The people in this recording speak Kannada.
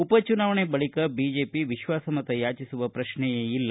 ಉಪ ಚುನಾವಣೆ ಬಳಿಕ ಬಿಜೆಪಿ ವಿಶ್ವಾಸ ಮತ ಯಾಚಿಸುವ ಪ್ರಕ್ಷೆಯೇ ಇಲ್ಲ